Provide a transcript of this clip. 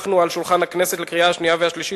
הנחנו אותה על שולחן הכנסת לקריאה השנייה והשלישית,